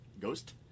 Ghost